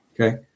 Okay